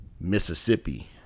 mississippi